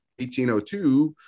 1802